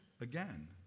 again